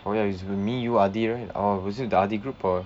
oh ya it's with me you aadi right or was it the other group ah